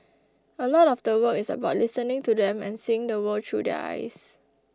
a lot of the work is about listening to them and seeing the world through their eyes